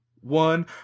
one